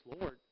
Lord